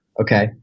okay